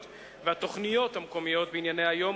והתוכניות המקומיות בענייני היום,